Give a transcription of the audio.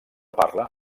parla